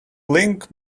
link